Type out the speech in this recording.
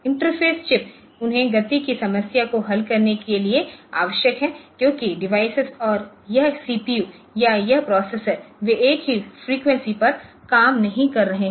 interface chips उन्हें गति की समस्या को हल करने के लिए आवश्यक हैं क्योंकि डिवाइस और यह सीपीयू या यह प्रोसेसर वे एक ही फ्रीक्वेंसी पर काम नहीं कर रहे हैं